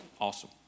Awesome